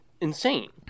insane